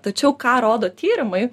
tačiau ką rodo tyrimai